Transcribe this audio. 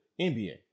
NBA